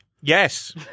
Yes